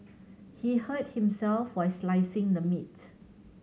he hurt himself while slicing the meat